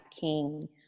King